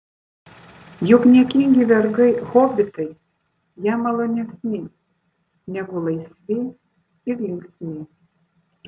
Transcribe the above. juk niekingi vergai hobitai jam malonesni negu laisvi ir linksmi